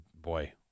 boy